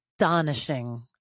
astonishing